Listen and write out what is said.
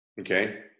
Okay